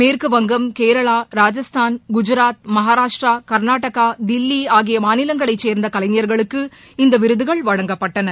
மேற்குவங்கம் கேரளா ராஜஸ்தான் குஜராத் மகாராஷ்டிரா கர்நாடகா தில்லி ஆகிய மாநிலங்களைச் சேர்ந்த கலைஞர்களுக்கு இந்த விருதுகள் வழங்கப்பட்டன